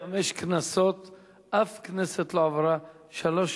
חמש כנסות, אף כנסת לא עברה שלוש שנים,